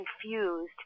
confused